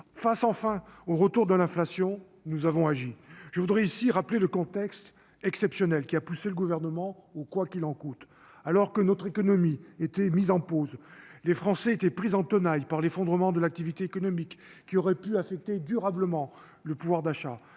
face enfin au retour de l'inflation, nous avons agi, je voudrais ici rappeler le contexte exceptionnel qui a poussé le gouvernement ou quoi qu'il en coûte, alors que notre économie était mise en pause, les Français étaient pris en tenaille par l'effondrement de l'activité économique qui aurait pu affecter durablement le pouvoir d'achat,